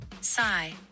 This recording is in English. Sigh